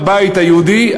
הבית היהודי,